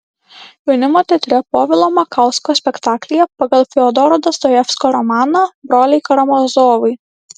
jaunimo teatre povilo makausko spektaklyje pagal fiodoro dostojevskio romaną broliai karamazovai